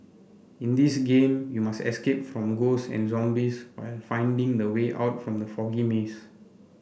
in this game you must escape from ghosts and zombies while finding the way out from the foggy maze